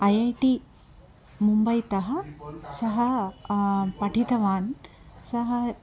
I I T मुम्बैतः सः पठितवान् सः